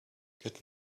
get